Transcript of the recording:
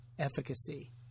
efficacy